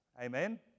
Amen